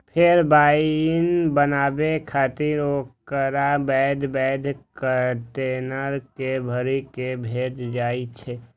फेर वाइन बनाबै खातिर ओकरा पैघ पैघ कंटेनर मे भरि कें भेजल जाइ छै